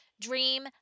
dream